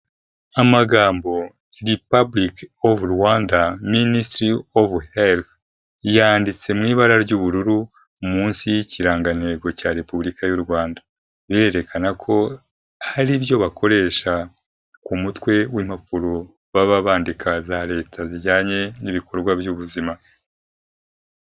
Amagambo republic of rwanda ministry of health yanditse mu ibara ry'ubururu munsi y'ikirangantego cya repubulika y'u rwanda birerekana ko hari ibyo bakoresha ku mutwe w'impapuro baba bandika za leta zijyanye n'ibikorwa by'ubuzima.